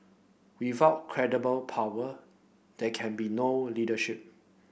without credible power there can be no leadership